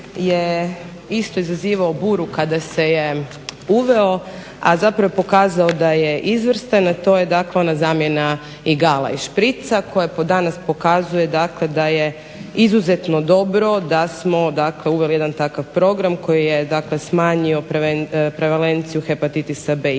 je isto izazivao buru kada se je uveo, a zapravo je pokazao da je izvrstan, a to je dakle ona zamjena igala i šprica, koje po danas pokazuje dakle da je izuzetno dobro da smo, dakle uveli takav program koji je, dakle smanjio prevalenciju hepatitisa b